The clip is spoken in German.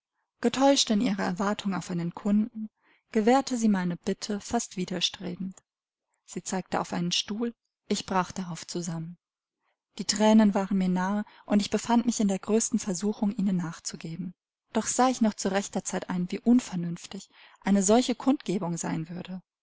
getäuscht in ihrer erwartung auf einen kunden gewährte sie meine bitte fast widerstrebend sie zeigte auf einen stuhl ich brach darauf zusammen die thränen waren mir nahe und ich befand mich in der größten versuchung ihnen nachzugeben doch sah ich noch zu rechter zeit ein wie unvernünftig eine solche kundgebung sein würde